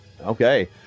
Okay